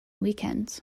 weekends